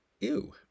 Ew